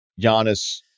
Giannis